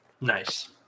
Nice